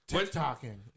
TikToking